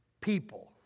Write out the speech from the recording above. people